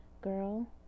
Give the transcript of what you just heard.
girl